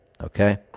Okay